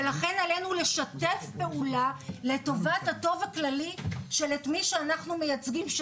ולכן עלינו לשתף פעולה לטובת הטוב הכללי של מי שאנחנו מייצגים,